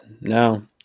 no